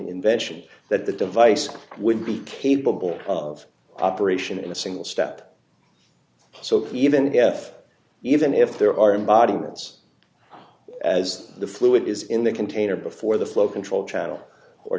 invention that the device would be capable of operation in a single step so even if even if there are embodiments as the fluid is in the container before the flow control channel or